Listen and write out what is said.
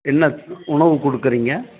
என்ன உணவு கொடுக்குறிங்க